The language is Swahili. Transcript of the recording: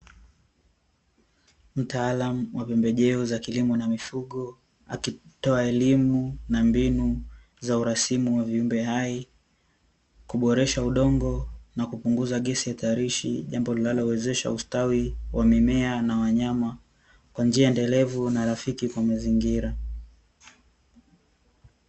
Mtaalamu wa pembejeo za kilimo na mifugo akitoa elimu na mbinu za urasimu wa viumbe hai, kuboresha udongo na kupunguza gesi hatarishi, jambo linalowezesha ustawi wa mimea na wanyama kwa njia endelevu na rafiki kwa mazingira.